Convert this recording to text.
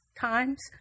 times